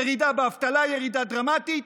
ירידה באבטלה, ירידה דרמטית,